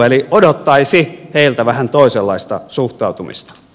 eli odottaisi heiltä vähän toisenlaista suhtautumista